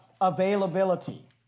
availability